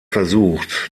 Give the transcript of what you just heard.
versucht